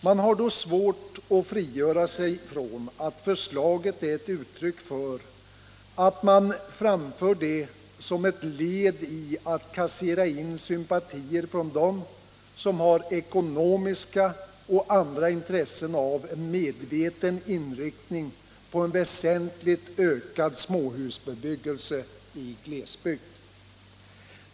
Man har då svårt att frigöra sig från intrycket att man framför förslaget för att kassera in sympatier från dem som har ekonomiska och andra intressen av en medveten inriktning på en väsentligt ökad småhusbebyggelse i glesbygd.